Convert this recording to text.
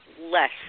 less